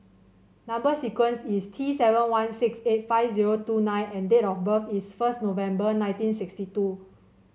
number sequence is T seven one six eight five zero two nine and date of birth is first November nineteen sixty two